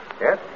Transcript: Yes